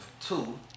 Two